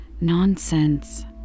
nonsense